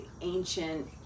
ancient